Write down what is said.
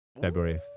February